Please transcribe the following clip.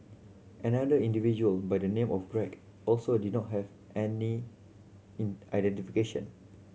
another individual by the name of Greg also did not have any in identification